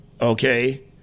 okay